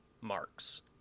marks